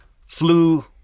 flew